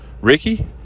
Ricky